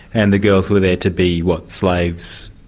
and the girls were there to be what, slaves?